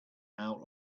out